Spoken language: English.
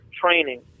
training